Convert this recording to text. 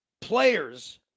players